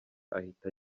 ahita